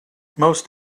most